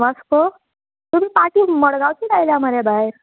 वास्को तुमी पाटी मडगांवची लायल्या मरे भायर